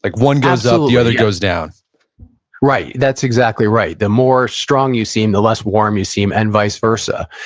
like one goes up, the other goes down right. that's exactly right. the more strong you seem, the less warm you seem, and vice versa.